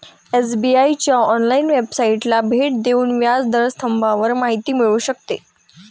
SBI च्या online वेबसाइटला भेट देऊन व्याज दर स्तंभावर माहिती मिळू शकते